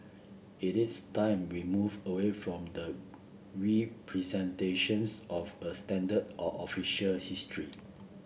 it is time we move away from the representations of a standard or official history